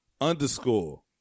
Underscore